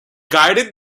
guided